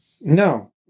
No